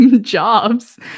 jobs